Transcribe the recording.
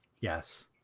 Yes